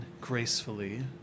gracefully